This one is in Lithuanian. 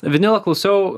vinilą klausiau